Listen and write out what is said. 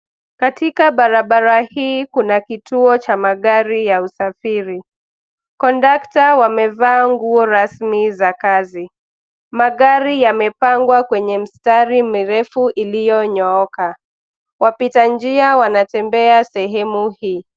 Katika barabara hii kuna kituo cha magari ya usafiri, kondakta wamevaa nguo rasmi za kazi. Magari yamepangwa kwenye mstari mirefu iliyonyooka. Wapita njia wanatembea sehemu hii.